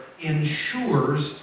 ensures